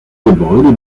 gebäude